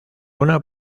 una